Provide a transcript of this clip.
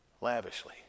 lavishly